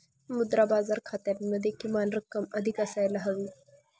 मुद्रा बाजार खात्यामध्ये किमान रक्कम अधिक असायला हवी